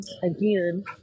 again